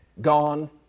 gone